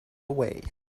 away